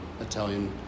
Italian